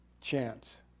chance